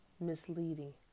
misleading